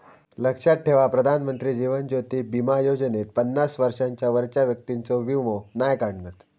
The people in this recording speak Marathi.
लक्षात ठेवा प्रधानमंत्री जीवन ज्योति बीमा योजनेत पन्नास वर्षांच्या वरच्या व्यक्तिंचो वीमो नाय काढणत